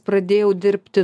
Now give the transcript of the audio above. pradėjau dirbti